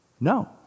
No